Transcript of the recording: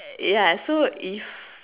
ya so if